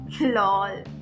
Lol